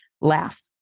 laugh